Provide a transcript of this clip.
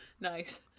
Nice